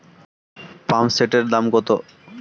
পাম্পসেটের দাম কত?